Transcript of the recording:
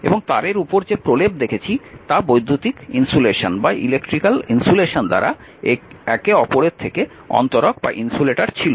এবং তারের উপর যে প্রলেপ দেখেছি তা বৈদ্যুতিক ইন্সুলেশন দ্বারা একে অপরের থেকে অন্তরক ছিল